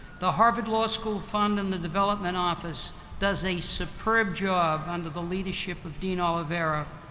the harvard law school fund in the development office does a superb job, under the leadership of dean oliveira,